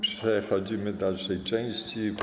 Przechodzimy do dalszej części.